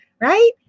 right